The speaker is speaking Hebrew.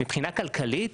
מבחינה כלכלית